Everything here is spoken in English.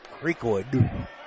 Creekwood